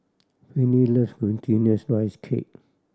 Finley love Glutinous Rice Cake